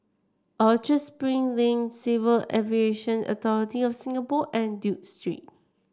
Orchard Spring Lane Civil Aviation Authority of Singapore and Duke Street